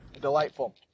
delightful